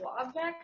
object